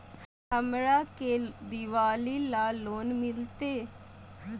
हमरा के दिवाली ला लोन मिलते?